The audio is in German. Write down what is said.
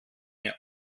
mehr